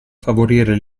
favorire